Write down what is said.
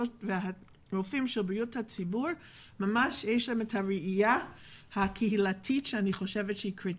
לרופאים ולאחיות בריאות הציבור יש ממש ראייה קהילתית שהיא קריטית.